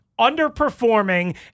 underperforming